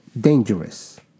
dangerous